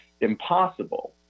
impossible